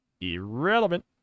Irrelevant